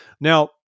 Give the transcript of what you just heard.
now